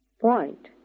point